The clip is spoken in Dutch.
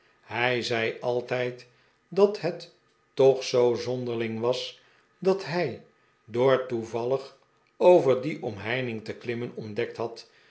hij zei altijd dat het toch zoo zonderling was dat hij door toevallig over die omheining te klimmen ontdekt had